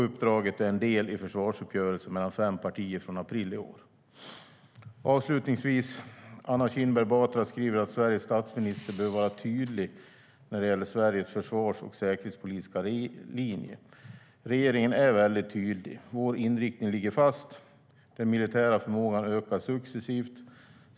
Uppdraget är en del i försvarsuppgörelsen mellan fem partier från april i år. Avslutningsvis: Anna Kinberg Batra skriver att Sveriges statsminister behöver vara tydlig när det gäller Sveriges försvars och säkerhetspolitiska linje. Regeringen är väldigt tydlig. Vår inriktning ligger fast. Den militära förmågan ökas successivt.